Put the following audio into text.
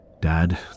Dad